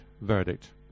verdict